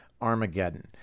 Armageddon